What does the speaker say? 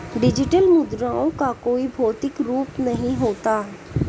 digital मुद्राओं का कोई भौतिक रूप नहीं होता